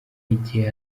igihe